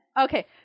Okay